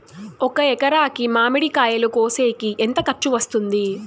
ఒక ఎకరాకి మామిడి కాయలు కోసేకి ఎంత ఖర్చు వస్తుంది?